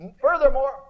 furthermore